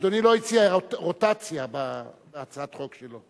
אדוני לא הציע רוטציה בהצעת החוק שלו.